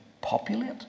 populate